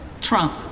Trump